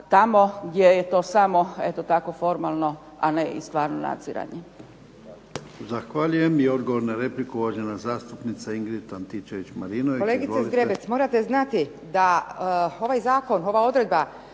tamo gdje je to samo eto tako formalno, a ne i stvarno nadziranje.